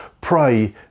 pray